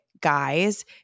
guys